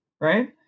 right